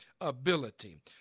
ability